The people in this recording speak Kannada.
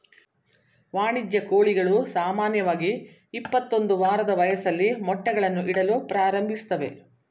ವಾಣಿಜ್ಯ ಕೋಳಿಗಳು ಸಾಮಾನ್ಯವಾಗಿ ಇಪ್ಪತ್ತೊಂದು ವಾರದ ವಯಸ್ಸಲ್ಲಿ ಮೊಟ್ಟೆಗಳನ್ನು ಇಡಲು ಪ್ರಾರಂಭಿಸ್ತವೆ